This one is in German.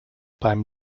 beim